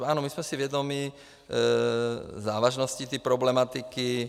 Ano, my jsme si vědomi závažností té problematiky.